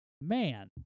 Man